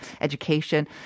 education